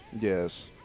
Yes